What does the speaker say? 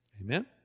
Amen